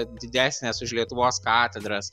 didesnės už lietuvos katedras